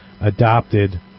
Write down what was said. adopted